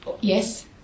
Yes